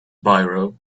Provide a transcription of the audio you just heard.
biro